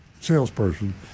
salesperson